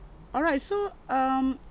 alright so um